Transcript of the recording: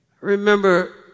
Remember